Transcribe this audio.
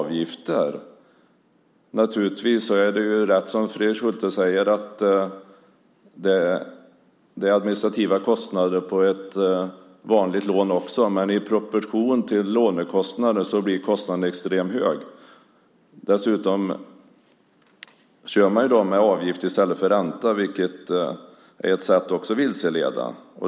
Det är naturligtvis rätt som Fredrik Schulte säger; det är administrativa kostnader på ett vanligt lån också. Men i proportion till lånebeloppet blir kostnaden extremt hög. Dessutom kör man i dag med avgifter i stället för ränta, vilket också är ett sätt att vilseleda.